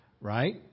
Right